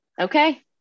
Okay